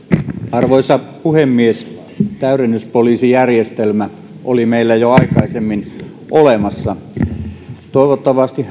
arvoisa puhemies täydennyspoliisijärjestelmä oli meillä jo aikaisemmin olemassa toivottavasti